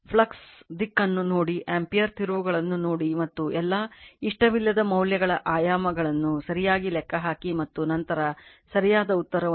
ಫ್ಲಕ್ಸ್ನ ದಿಕ್ಕನ್ನು ನೋಡಿ ಆಂಪಿಯರ್ ತಿರುವುಗಳನ್ನು ನೋಡಿ ಮತ್ತು ಎಲ್ಲಾ ಇಷ್ಟವಿಲ್ಲದ ಮೌಲ್ಯಗಳ ಆಯಾಮಗಳನ್ನು ಸರಿಯಾಗಿ ಲೆಕ್ಕಹಾಕಿ ಮತ್ತು ನಂತರ ಸರಿಯಾದ ಉತ್ತರವನ್ನು ಪಡೆಯಿರಿ